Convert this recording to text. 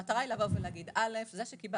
המטרה היא להגיד שזה שקיבלת